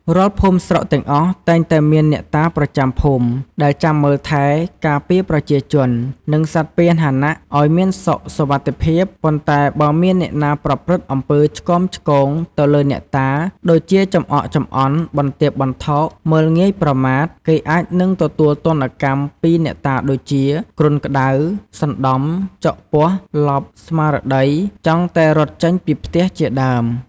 រាល់ភូមិស្រុកទាំងអស់ តែងតែមានអ្នកតាប្រចាំភូមិ ដែលចាំមើលថែ ការពារប្រជាជន និងសត្វពាហនៈឱ្យមានសុខសុវត្ថិភាព ប៉ុន្តែបើមានអ្នកណាប្រព្រឹត្តអំពើឆ្គាំឆ្គងទៅ លើអ្នកតា ដូចជាចំអកចំអន់ បន្ទាបបន្ថោក មើលងាយប្រមាថ គេអាចនឹងទទួលទណ្ឌ កម្មពីអ្នកតាដូចជា គ្រុនក្ដៅ សន្តំ ចុកពោះ ឡប់ ស្មារតី ចង់តែរត់ចេញពីផ្ទះ ជាដើម ។